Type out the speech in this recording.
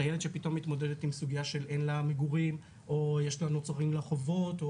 חיילת שפתאום מתמודדת עם סוגיה של אין לה מגורים או שנוצרים לה חובות,